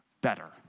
better